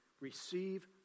receive